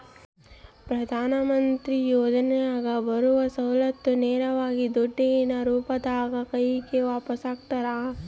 ಪ್ರಧಾನ ಮಂತ್ರಿ ಯೋಜನೆಯಾಗ ಬರುವ ಸೌಲತ್ತನ್ನ ನೇರವಾಗಿ ದುಡ್ಡಿನ ರೂಪದಾಗ ಕೈಗೆ ಒಪ್ಪಿಸ್ತಾರ?